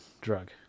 drug